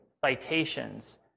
citations